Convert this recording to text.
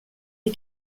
die